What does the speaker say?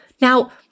Now